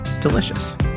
delicious